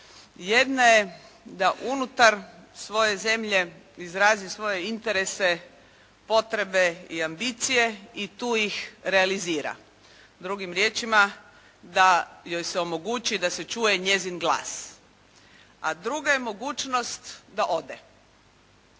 Jedna je da unutar svoje zemlje izrazi svoje interese, potrebe i ambicije i tu ih realizira. Drugim riječima da joj se omogući da se čuje njezin glas. A druga je mogućnost da ode.